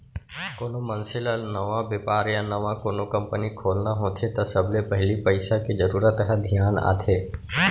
कोनो मनसे ल नवा बेपार या नवा कोनो कंपनी खोलना होथे त सबले पहिली पइसा के जरूरत ह धियान आथे